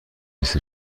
لیست